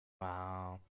wow